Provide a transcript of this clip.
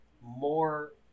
more